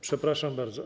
Przepraszam bardzo.